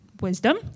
wisdom